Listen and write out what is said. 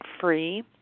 free